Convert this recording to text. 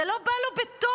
זה לא בא לו בטוב,